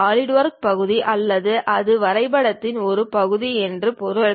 SolidWorks பகுதி அல்லது அது வரைபடத்தின் ஒரு பகுதி என்று பொருள்